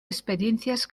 experiencias